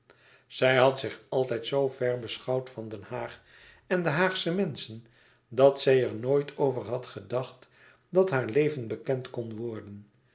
zij had zich altijd zoo ver beschouwd van den haag en de haagsche menschen dat zij er nooit over had gedacht dat haar leven bekend kon worden